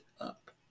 up